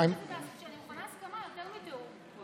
אמרתי שאני מוכנה הסכמה, יותר מתיאום.